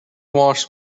wash